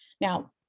Now